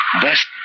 Best